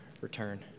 return